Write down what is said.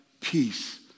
peace